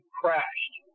crashed